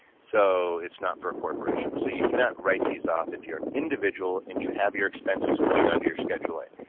so it's not for a corporation. so you cannot write these off if you're an individual and you have your expenses going under your schedule a.